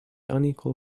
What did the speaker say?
unequal